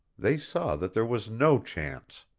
they saw that there was no chance.